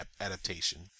adaptation